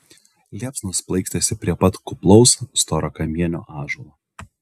liepsnos plaikstėsi prie pat kuplaus storakamienio ąžuolo